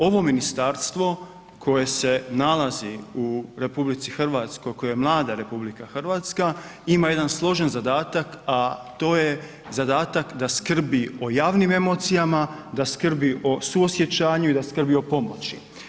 Ovo ministarstvo koje se nalazi u RH, koje je mlada RH ima jedan složen zadatak a to je zadatak da skrbi o javnim emocijama, da skrbi o suosjećanju i da skrbi o pomoći.